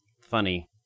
funny